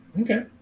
Okay